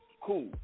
cool